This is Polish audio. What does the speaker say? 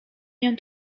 nią